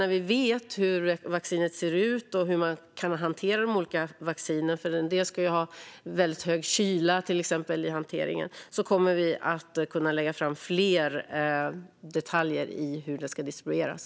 När vi vet mer om vaccinerna och hur de ska hanteras - en del kräver till exempel extrem kyla - kommer vi att kunna lägga fram fler detaljer för hur de ska distribueras.